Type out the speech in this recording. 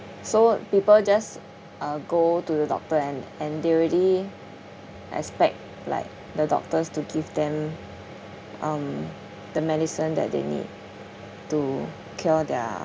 so people just uh go to the doctor and and they already expect like the doctors to give them um the medicine that they need to cure their